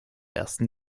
ersten